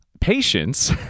patience